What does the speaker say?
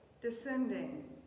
descending